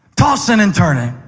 tossing and turning.